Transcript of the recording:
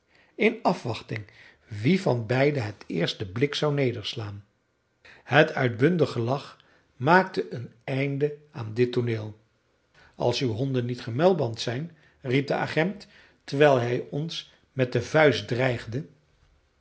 in afwachting wie van beiden het eerst den blik zou nederslaan het uitbundig gelach maakte een einde aan dit tooneel als uw honden niet gemuilband zijn riep de agent terwijl hij ons met de vuist dreigde